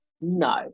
No